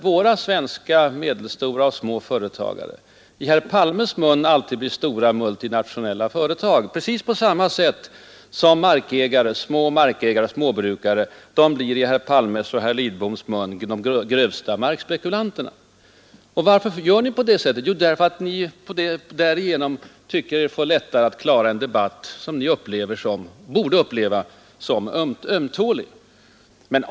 Våra svenska, medelstora och små företagare blir i herr Palmes mun alltid stora, multinationella företag, precis på samma sätt som små markägare och småbrukare i herr Palmes och herr Lidboms mun blir till de grövsta markspekulanter. Och varför gör ni på det sättet? Jo, därför att ni därigenom tycker er få lättare att klara en debatt, som ni upplever som ömtålig.